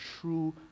true